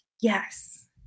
Yes